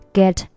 get